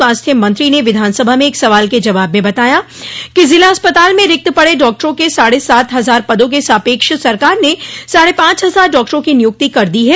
स्वास्थ्य मंत्री ने विधानसभा में एक सवाल के जवाब में बताया कि जिला अस्पताल में रिक्त पड़े डॉक्टरों के साढ़े सात हजार पदों के सापक्ष सरकार ने साढ़े पांच हजार डॉक्टरों की नियुक्ति कर दी है